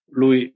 lui